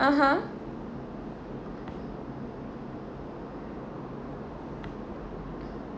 (uh huh)